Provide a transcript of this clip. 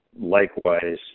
likewise